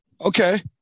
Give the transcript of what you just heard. Okay